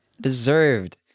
deserved